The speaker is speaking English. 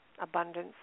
abundance